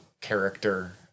character